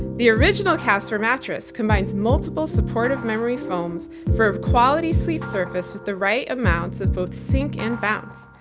the original casper mattress combines multiple supportive memory foams for quality sleep surface with the right amounts of both sink and bounce.